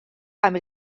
amb